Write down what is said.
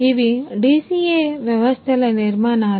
ఇవి DCA వ్యవస్థల నిర్మాణాలు